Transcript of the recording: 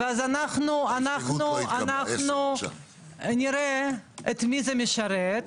10. נראה את מי זה משרת,